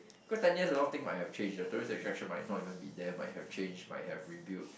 cause ten years a lot of things might have changed your tourist attraction might not even be there might have changed might have rebuilt